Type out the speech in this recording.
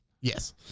yes